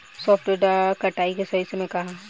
सॉफ्ट डॉ कटाई के सही समय का ह?